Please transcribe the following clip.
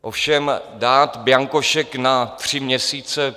Ovšem dát bianko šek na tři měsíce...